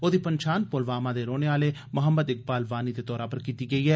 ओदी पंछान पुलवामा दे रौहने आले मोहम्मद इकबाल वानी दे तौरा पर कीती गेई ऐ